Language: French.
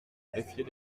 méfier